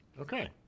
Okay